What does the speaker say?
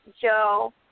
Joe